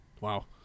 wow